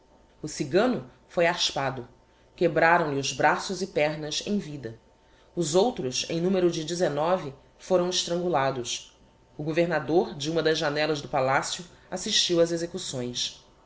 o cigano foi aspado quebraram lhe os braços e pernas em vida os outros em numero de dezenove foram estrangulados o governador de uma das janellas do palacio assistiu ás execuções